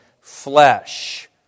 flesh